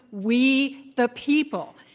we the people.